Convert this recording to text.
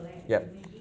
yup